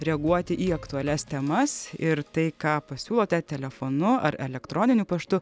reaguoti į aktualias temas ir tai ką pasiūlote telefonu ar elektroniniu paštu